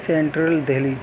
central Delhi